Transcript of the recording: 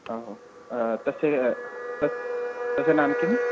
अहो तस्य त् तस्य नाम किं